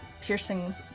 piercing